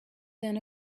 than